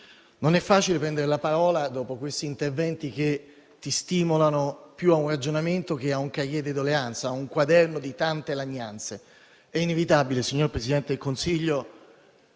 non è facile prendere la parola dopo questi interventi, che stimolano più a un ragionamento che ha un *cahier de doléance*, a un quaderno di tante lagnanze. È inevitabile, signor Presidente del Consiglio...